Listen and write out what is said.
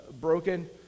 broken